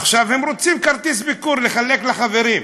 עכשיו, הם רוצים כרטיס ביקור לחלק לחברים,